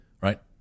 right